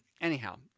Anyhow